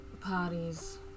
parties